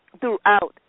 throughout